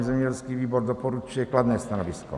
Zemědělský výbor doporučuje kladné stanovisko.